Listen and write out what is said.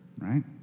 right